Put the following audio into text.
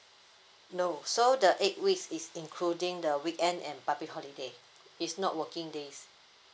no so the eight weeks is including the weekend and public holiday it's not working days